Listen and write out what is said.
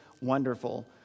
wonderful